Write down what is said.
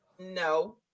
No